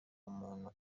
umuntu